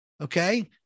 Okay